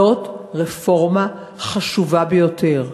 זאת רפורמה חשובה ביותר.